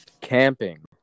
camping